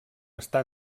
està